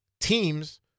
teams